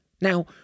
Now